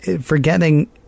forgetting